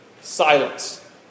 Silence